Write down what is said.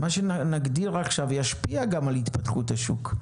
מה שנגדיר עכשיו ישפיע גם על התפתחות השוק,